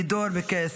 לידור מקייס,